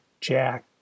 Jack